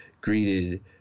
greeted